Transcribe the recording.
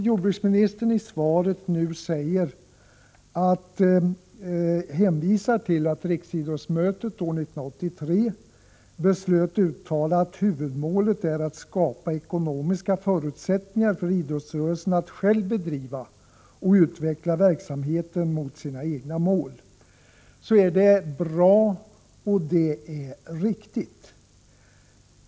Jordbruksministern hänvisar i svaret till att riksidrottsmötet år 1983 beslöt uttala att huvudmålet är att skapa ekonomiska förutsättningar för idrottsrörelsen att själv bedriva och utveckla verksamhet mot sina egna mål. Det är bra och riktigt.